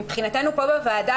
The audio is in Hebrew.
מבחינתנו כאן בוועדה,